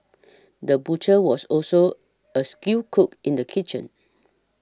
the butcher was also a skilled cook in the kitchen